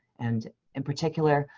and in particular,